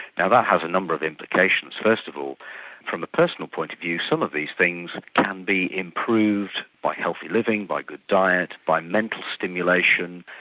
now that has a number of implications first of all from a personal point of view some of these things can be improved by healthy living, by good diet, by mental stimulation,